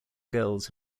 girls